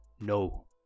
no